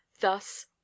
Thus